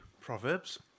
Proverbs